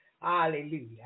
Hallelujah